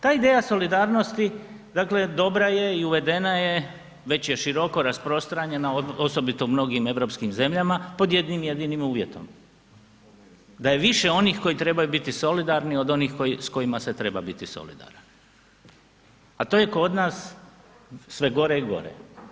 Ta ideja solidarnosti dobra je i uvedena je, već je široko rasprostranjena osobito u mnogim europskim zemljama, pod jednim jedinim uvjetom, da je više onih koji trebaju biti solidarni od onih s kojima se treba biti solidaran a to je kod nas sve gore i gore.